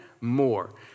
more